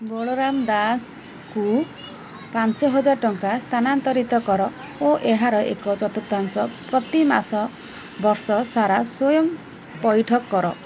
ବଳରାମ ଦାସଙ୍କୁ ପାଞ୍ଚହଜାର ଟଙ୍କା ସ୍ଥାନାନ୍ତରିତ କର ଓ ଏହାର ଏକ ଚତୁର୍ଥାଂଶ ପ୍ରତି ମାସ ବର୍ଷ ସାରା ସ୍ଵୟଂପଇଠ କର